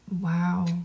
Wow